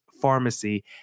pharmacy